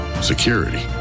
security